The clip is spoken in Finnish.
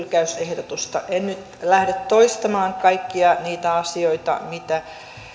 ehdotusta en nyt lähde toistamaan kaikkia niitä asioita mitä